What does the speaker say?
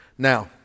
Now